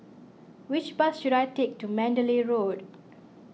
which bus should I take to Mandalay Road